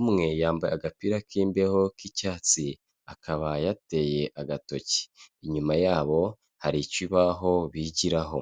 umwe yambaye agapira k'imbeho k'icyatsi, akaba yateye agatoki inyuma yabo hari ikibaho bigiraho.